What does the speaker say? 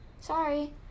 Sorry